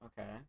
okay